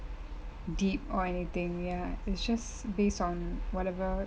deep or anything ya it's just based on whatever